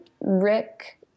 Rick